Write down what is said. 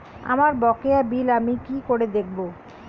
আমার বকেয়া বিল আমি কি করে দেখব?